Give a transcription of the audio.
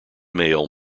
male